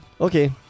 Okay